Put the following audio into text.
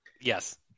Yes